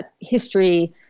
history